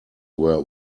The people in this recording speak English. were